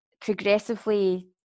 progressively